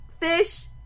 fish